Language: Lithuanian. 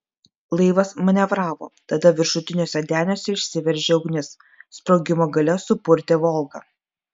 laivas manevravo tada viršutiniuose deniuose išsiveržė ugnis sprogimo galia supurtė volgą